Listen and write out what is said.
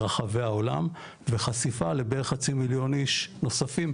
ברחבי העולם וחשיפה לבערך חצי מיליון איש נוספים,